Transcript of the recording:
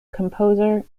composer